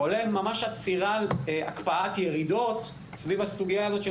כולל ממש הקפאת ירידות סביב הסוגיה הזו של